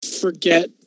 forget